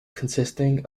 consisting